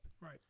right